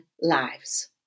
lives